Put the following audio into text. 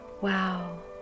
Wow